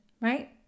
right